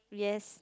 yes